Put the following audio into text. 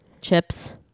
Chips